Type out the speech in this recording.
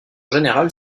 général